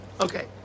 Okay